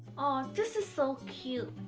this is so cute,